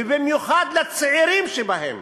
ובמיוחד לצעירים שבהם,